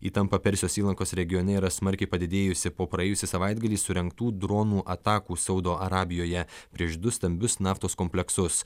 įtampa persijos įlankos regione yra smarkiai padidėjusi po praėjusį savaitgalį surengtų dronų atakų saudo arabijoje prieš du stambius naftos kompleksus